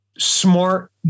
smart